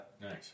Nice